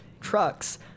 trucks-